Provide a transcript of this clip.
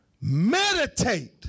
Meditate